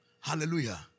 Hallelujah